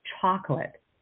chocolate